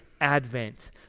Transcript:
advent